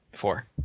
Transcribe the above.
four